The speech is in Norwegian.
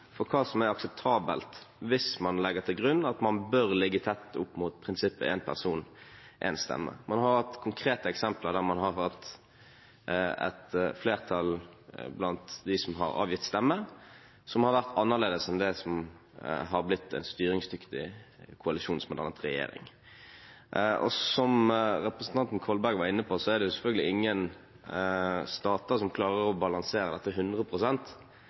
for hva som er akseptabelt, hvis man legger til grunn at man bør ligge tett opp mot prinsippet én person, én stemme. Man har hatt konkrete eksempler der man har hatt et flertall blant dem som har avgitt stemme, som har vært annerledes enn det som har blitt en styringsdyktig koalisjon som har dannet regjering. Som representanten Kolberg var inne på, er det selvfølgelig ingen stater som klarer å balansere dette 100 pst. ; at det